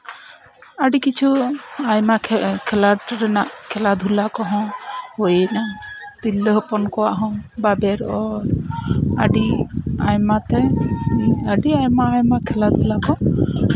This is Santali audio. ᱟᱹᱰᱤ ᱠᱤᱪᱷᱩ ᱟᱭᱢᱟ ᱠᱷᱮᱞᱳᱸᱰ ᱨᱮᱱᱟᱜ ᱠᱷᱮᱞᱟᱼᱫᱷᱩᱞᱟ ᱠᱚᱦᱚᱸ ᱦᱩᱭᱮᱱᱟ ᱛᱤᱨᱞᱟᱹ ᱦᱚᱯᱚᱱ ᱠᱚᱣᱟᱜ ᱫᱚ ᱵᱟᱵᱮᱨ ᱚᱨ ᱟᱹᱰᱤ ᱟᱭᱢᱟ ᱛᱮ ᱟᱹᱰᱤ ᱟᱭᱢᱟᱼᱟᱭᱢᱟ ᱠᱷᱮᱞᱟ ᱫᱷᱩᱞᱟ ᱠᱚ